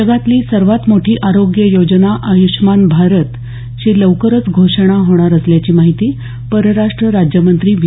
जगातली सर्वात मोठी आरोग्य योजना आय्ष्मान भारतची लवकरच घोषणा होणार असल्याची माहिती परराष्ट राज्यमंत्री वी